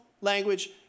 language